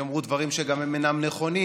יאמרו גם דברים שאינם נכונים,